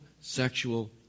sexual